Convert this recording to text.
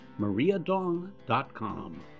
mariadong.com